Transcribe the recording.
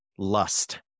Lust